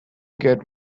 get